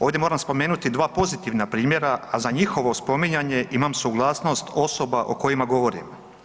Ovdje moram spomenuti dva pozitivna primjera, a za njihovo spominjanje imam suglasnost osoba o kojima govorim.